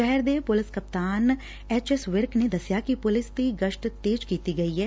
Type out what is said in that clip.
ਸ਼ਹਿਰ ਦੇ ਪੁਲਿਸ ਕਪਤਾਨ ਐਚ ਐਸ ਵਿਰਕ ਨੇ ਦਸਿਆ ਕਿ ਪੁਲਿਸ ਦੀ ਗਸ਼ਤ ਤੇਜ਼ ਕੀਤੀ ਗਈ ਐ